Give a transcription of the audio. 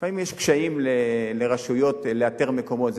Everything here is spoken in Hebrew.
לפעמים יש קשיים לרשויות לאתר מקומות.